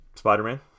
Spider-Man